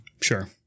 Sure